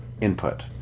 input